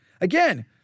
Again